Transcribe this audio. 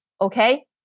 okay